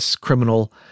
criminal